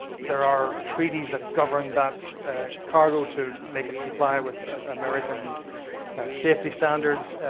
there are treaties that govern that cargo to make it comply with american safety standards.